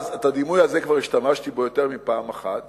ובדימוי הזה כבר השתמשתי יותר מפעם אחת